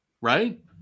right